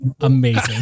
amazing